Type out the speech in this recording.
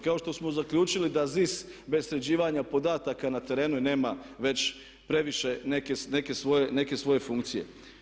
Kao što smo zaključili da ZIS bez sređivanja podataka na terenu nema već previše neke svoje funkcije.